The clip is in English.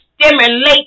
stimulate